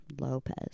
Lopez